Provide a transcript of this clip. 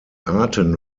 arten